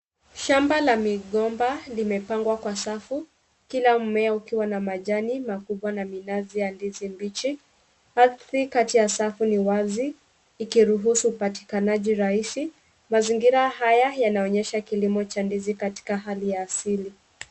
Shamba la migomba imepangwa kwa safu. Kile mmea ukiwa na majani makubwa na mnazi ya ndizi mbichi. Ardhi kati ya safu ni wazi, ikiruhusu upatikanaji rahisi. Mazingira haya yanaonesha kilimo cha ndizi katika hali ya asili.